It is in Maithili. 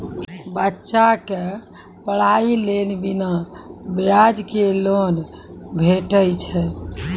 बच्चाक पढ़ाईक लेल बिना ब्याजक लोन भेटै छै?